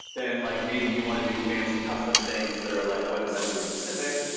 then like maybe you want to do fancy custom things that are like webassembly specific.